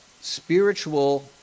spiritual